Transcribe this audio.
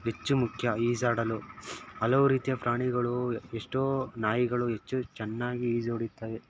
ಹೆಚ್ಚು ಮುಖ್ಯ ಈಜಾಡಲು ಹಲವು ರೀತಿಯ ಪ್ರಾಣಿಗಳು ಎಷ್ಟೋ ನಾಯಿಗಳು ಹೆಚ್ಚು ಚೆನ್ನಾಗಿ ಈಜು ಹೊಡಿತವೆ